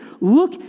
Look